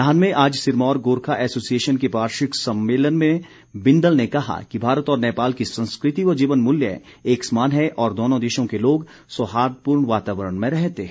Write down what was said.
नाहन में आज सिरमौर गोरखा ऐसोसिएशन के वार्षिक सम्मेलन में बिंदल ने कहा कि भारत और नेपाल की संस्कृति व जीवन मूल्य एक समान है और दोनों देशों के लोग सौहार्दपूर्ण वातावरण में रहते हैं